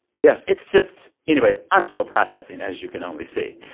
yes it's just anyways, i'm still processing, as you can only see.